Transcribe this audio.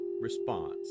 response